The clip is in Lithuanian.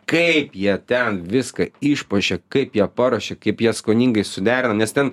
kaip jie ten viską išpuošė kaip jie paruošė kaip jie skoningai suderino nes ten